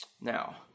now